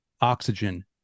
oxygen